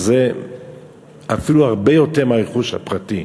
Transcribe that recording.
וזה אפילו הרבה יותר מהרכוש הפרטי,